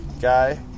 guy